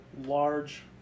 large